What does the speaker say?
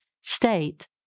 state